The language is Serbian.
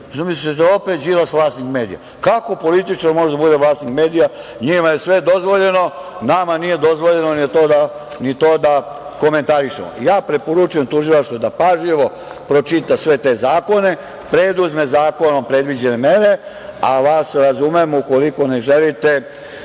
Zamislite da opet Đilas opet vlasnik medija. Kako političar može da bude vlasnik medija? Njima je sve dozvoljeno. Nama nije dozvoljeno ni to da komentarišemo. Preporučujem tužilaštvu da pažljivo pročita sve te zakone, preduzme zakonom predviđene mere, a vas razumem ukoliko ne želite